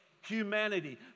humanity